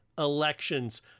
elections